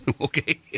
Okay